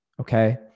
Okay